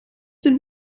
den